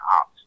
out